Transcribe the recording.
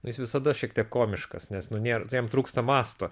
nu jis visada šiek tiek komiškas nes nu nėr jam trūksta mąsto